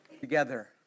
Together